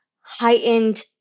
heightened